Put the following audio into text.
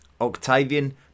Octavian